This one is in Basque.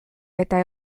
eta